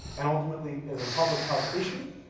and ultimately is a public health issue,